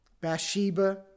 Bathsheba